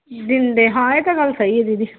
ਦਿੰਦੇ ਹਾਂ ਇਹ ਤਾਂ ਗੱਲ ਸਹੀ ਹੈ ਦੀਦੀ